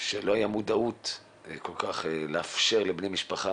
עת לא הייתה מודעות כל כך לאפשר לבני משפחה